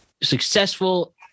successful